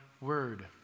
word